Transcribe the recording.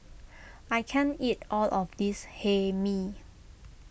I can't eat all of this Hae Mee